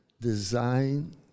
design